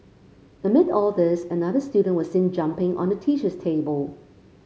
amid all this another student was seen jumping on the teacher's table